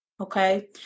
okay